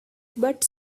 but